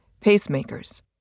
pacemakers